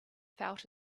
felt